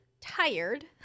tired